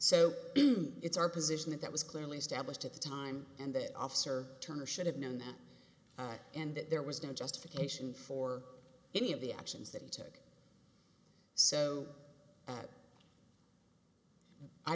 so it's our position that that was clearly established at the time and that officer turner should have known that and that there was no justification for any of the actions that he took so